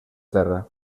terra